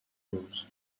los